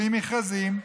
בלי מכרזים,